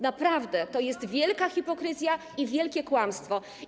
Naprawdę to jest wielka hipokryzja i wielkie kłamstwo.